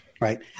right